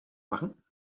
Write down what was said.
machen